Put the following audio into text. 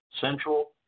Central